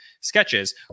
sketches